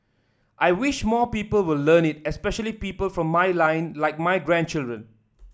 I wish more people will learn it especially people from my line like my grandchildren